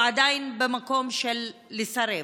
הוא עדיין במקום של לסרב.